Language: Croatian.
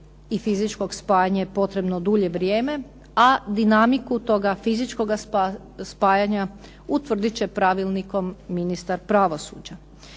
i fizičkog spajanja je potrebno dulje vrijeme, a dinamiku toga fizičkoga spajanja utvrdit će pravilnikom ministar pravosuđa.